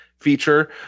feature